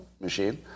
machine